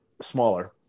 smaller